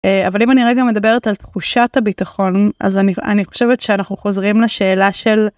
אבל אם אני רגע מדברת על תחושת הביטחון אז אני חושבת שאנחנו חוזרים לשאלה של.